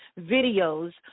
videos